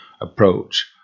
approach